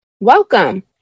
Welcome